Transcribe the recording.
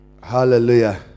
Hallelujah